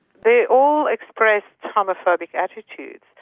they all expressed homophobic attitudes.